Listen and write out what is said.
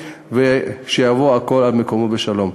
ושהכול יבוא על מקומו בשלום.